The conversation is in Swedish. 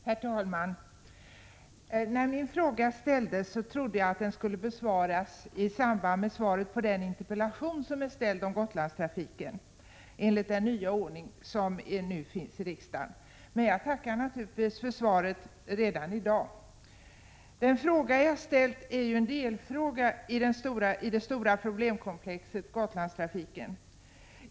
Herr talman! När min fråga ställdes trodde jag att den enligt den nya 22 januari 1987 ordning som nu gäller i riksdagen skulle besvaras i samband med svaret på den interpellation som är framställd om Gotlandstrafiken. Men jag tackar naturligtvis för svaret redan i dag. Den fråga jag ställt är ju en delfråga i det stora problemkomplexet Gotlandstrafiken.